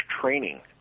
training